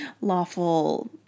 Lawful